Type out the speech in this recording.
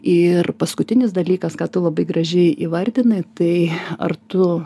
ir paskutinis dalykas ką tu labai gražiai įvardinai tai ar tu